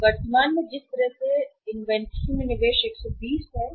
तो वर्तमान में जिस तरह से निवेश इन्वेंट्री 120 है